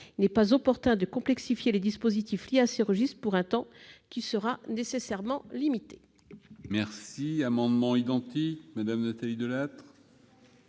il n'est pas opportun de complexifier les dispositifs liés à ces registres pour un temps qui sera nécessairement limité. La parole est à Mme Nathalie Delattre,